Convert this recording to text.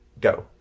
go